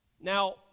Now